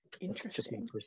Interesting